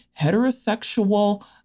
heterosexual